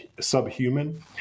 subhuman